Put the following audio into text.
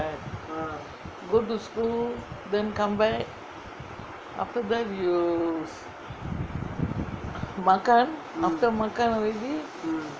go to school then come back after that you makan after makan already